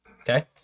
okay